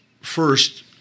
First